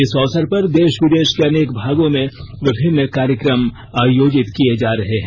इस अवसर पर देश विदेश के अनेक भागों में विभिन्न कार्यक्रम आयोजित किए जा रहे हैं